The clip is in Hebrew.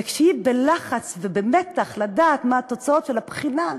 וכשהיא בלחץ ובמתח לדעת מה תוצאות הבחינה,